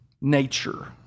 nature